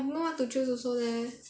I don't know what to choose also leh